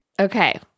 Okay